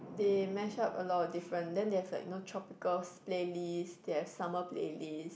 they mash up a lot of different then they've like you know tropical playlist they have summer playlist